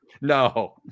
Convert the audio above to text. No